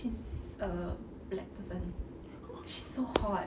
she's a black person she's so hot